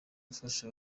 gufasha